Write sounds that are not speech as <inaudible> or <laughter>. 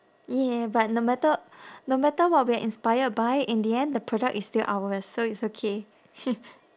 ya but no matter no matter what we are inspired by in the end the product is still ours so it's okay <noise>